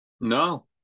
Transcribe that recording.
no